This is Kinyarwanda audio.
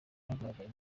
kagaragaye